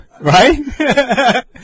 Right